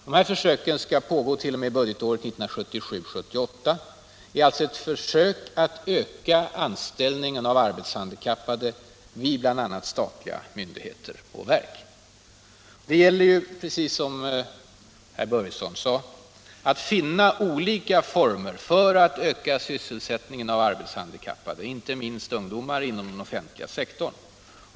Dessa försök, som skall pågå t.o.m. budgetåret 1977/78, är alltså en metod att öka anställningen av arbetshandikappade vid bl.a. statliga myndigheter och verk. Det gäller, precis som herr Börjesson i Falköping sade, att finna olika former för att öka sysselsättningen bland de arbetshandikappade. Detta gäller inte minst ungdomar inom den offentliga sektorn.